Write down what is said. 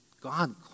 God